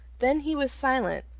then he was silent,